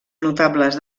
notables